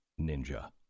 ninja